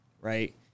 right